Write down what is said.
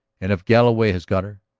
and if galloway has got her.